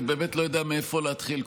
באמת, אני לא יודע מאיפה להתחיל.